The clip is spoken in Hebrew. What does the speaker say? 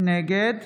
נגד